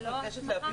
ללא ההסמכה?